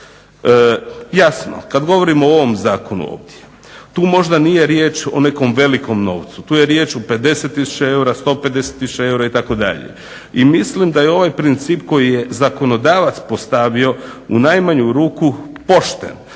Jasno kad govorimo o ovom zakonu ovdje tu možda nije riječ o nekom velikom novcu. Tu je riječ o 50000 eura, 150000 eura itd. I mislim da je ovaj princip koji je zakonodavac postavio u najmanju ruku pošten.